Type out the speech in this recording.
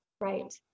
Right